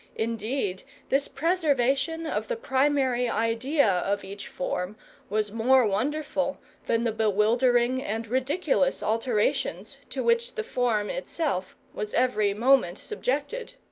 indeed this preservation of the primary idea of each form was more wonderful than the bewildering and ridiculous alterations to which the form itself was every moment subjected.